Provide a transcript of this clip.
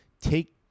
Take